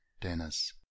Dennis